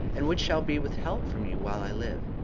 and which shall be withheld from you while i live.